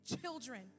children